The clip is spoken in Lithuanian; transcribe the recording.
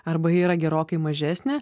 arba ji yra gerokai mažesnė